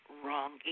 wrong